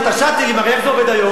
שאת ה"שאטלים" הרי איך זה עובד היום?